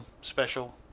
special